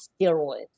steroids